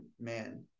man